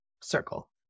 circle